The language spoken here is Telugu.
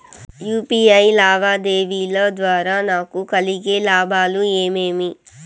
యు.పి.ఐ లావాదేవీల ద్వారా నాకు కలిగే లాభాలు ఏమేమీ?